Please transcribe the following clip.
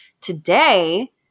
today